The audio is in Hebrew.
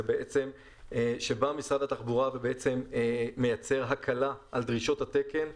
הוא שמשרד התחבורה מייצר הקלה על דרישות התקן.